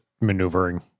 maneuvering